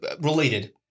related